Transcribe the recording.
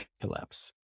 collapse